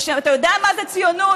אתה יודע מה זה ציונות?